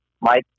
Mike